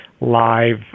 live